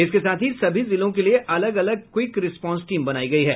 इसके साथ ही सभी जिलों के लिए अलग अलग क्विक रिस्पांस टीम बनायी गयी है